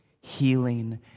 healing